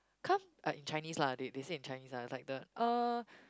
come ah in Chinese lah they they say in Chinese lah like the uh